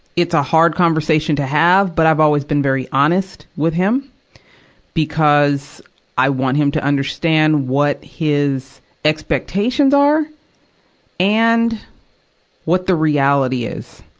it's a hard conversation to have, but i've always been very honest with him because i want him to understand what his expectations are and what the reality is.